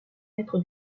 être